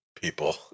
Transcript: people